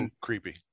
creepy